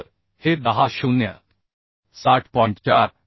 तर हे 10 0 60